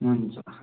हुन्छ